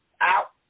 out